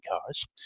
cars